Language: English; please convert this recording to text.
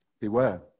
beware